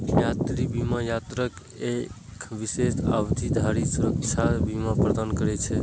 यात्रा बीमा यात्राक एक विशेष अवधि धरि सुरक्षा बीमा प्रदान करै छै